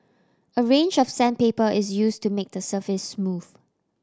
a range of sandpaper is use to make the surface smooth